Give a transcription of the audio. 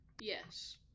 Yes